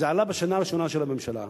זה עלה בשנה הראשונה של הממשלה.